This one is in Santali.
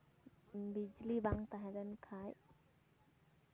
ᱵᱤᱡᱽᱞᱤ ᱵᱟᱝ ᱛᱟᱦᱮᱸ ᱞᱮᱱᱠᱷᱟᱡ